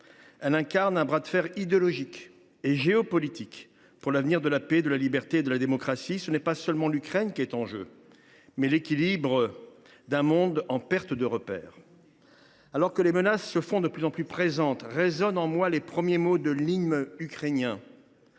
elle incarne un bras de fer idéologique et géopolitique pour l’avenir de la paix, de la liberté et de la démocratie. C’est non pas seulement l’Ukraine qui est en jeu, mais l’équilibre d’un monde en perte de repères. Alors que les menaces se font de plus en plus pressantes, résonnent en moi les premiers mots de l’hymne ukrainien